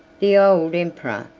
the old emperor,